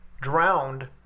drowned